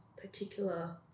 particular